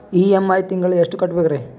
EMI ತಿಂಗಳ ಎಷ್ಟು ಕಟ್ಬಕ್ರೀ?